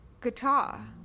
Guitar